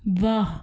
वाह